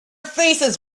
faces